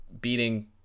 beating